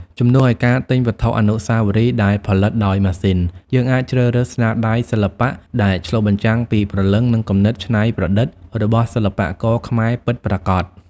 ជំនួសឱ្យការទិញវត្ថុអនុស្សាវរីយ៍ដែលផលិតដោយម៉ាស៊ីន យើងអាចជ្រើសរើសស្នាដៃសិល្បៈដែលឆ្លុះបញ្ចាំងពីព្រលឹង និងគំនិតច្នៃប្រឌិតរបស់សិល្បករខ្មែរពិតប្រាកដ។